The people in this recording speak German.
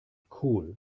cool